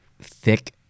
thick